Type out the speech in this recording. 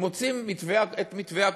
שמוצאים את מתווה הכותל,